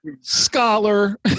scholar